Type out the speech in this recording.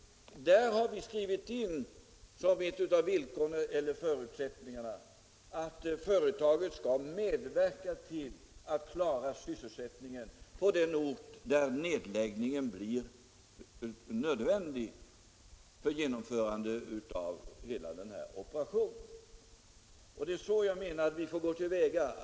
Där har vi skrivit in som ett av villkoren att företaget skall medverka till att klara sysselsättningen på den ort där nedläggningen blir nödvändig för genomförande av hela den här operationen. Det är så jag menar att vi skall gå till väga.